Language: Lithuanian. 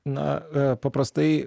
na paprastai